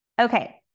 Okay